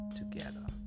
together